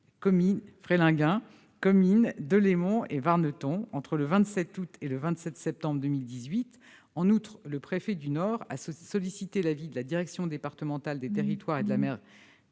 de Frelinghien, Comines, Deûlémont et Warneton entre le 27 août et le 27 septembre 2018. En outre, le préfet du Nord a sollicité l'avis de la direction départementale des territoires et de la mer